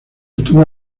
estuvo